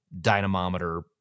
dynamometer